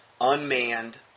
unmanned